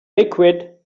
liquid